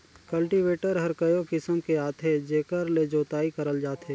cultivator हर कयो किसम के आथे जेकर ले जोतई करल जाथे